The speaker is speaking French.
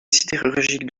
sidérurgique